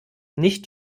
nicht